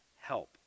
help